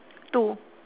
two